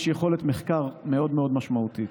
יש יכולת מחקר מאוד מאוד משמעותית.